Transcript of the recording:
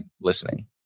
listening